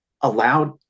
allowed